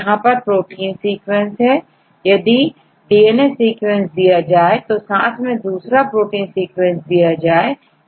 यहां पर protein sequence है यदि डीएनए सीक्वेंस दिया जाए और साथ में दूसरा प्रोटीन सीक्वेंस दिया जाए